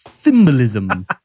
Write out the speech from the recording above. symbolism